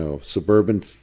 suburban